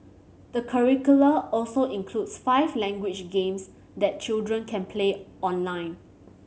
the curricula also includes five language games that children can play online